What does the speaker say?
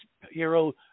hero